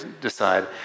decide